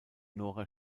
nora